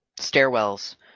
stairwells